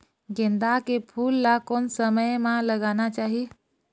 गेंदा के फूल ला कोन समय मा लगाना चाही?